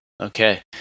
Okay